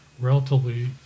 relatively